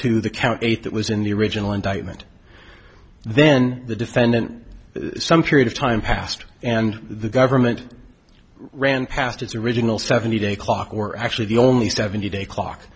to the count eight that was in the original indictment then the defendant some period of time passed and the government ran past its original seventy day clock or actually the only seventy day clock